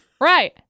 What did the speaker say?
Right